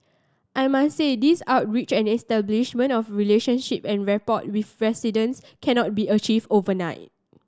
I must say these outreach and establishment of relationship and rapport with residents cannot be achieved overnight